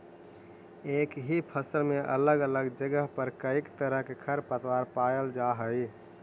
एक ही फसल में अलग अलग जगह पर कईक तरह के खरपतवार पायल जा हई